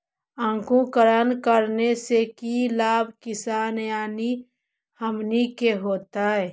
अंकुरण करने से की लाभ किसान यानी हमनि के होतय?